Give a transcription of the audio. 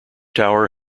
tower